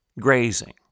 grazing